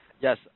Yes